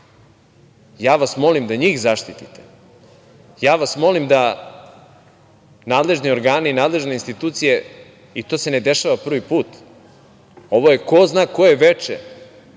vas da njih zaštitite. Molim vas da nadležni organi i nadležne institucije, i to se ne dešava prvi put, ovo je ko zna koje veče